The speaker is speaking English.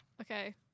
Okay